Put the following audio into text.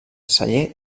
celler